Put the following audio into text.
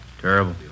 Terrible